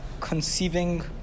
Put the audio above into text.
Conceiving